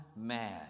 man